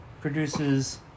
produces